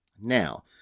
Now